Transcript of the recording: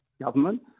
government